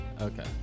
Okay